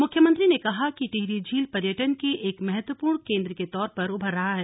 मुख्यमंत्री ने कहा कि टिहरी झील पर्यटन के एक महत्वपूर्ण केंद्र के तौर पर उभर रहा है